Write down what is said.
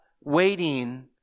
waiting